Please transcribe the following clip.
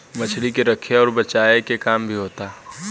मछली के रखे अउर बचाए के काम भी होता